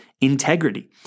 integrity